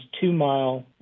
two-mile